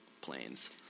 planes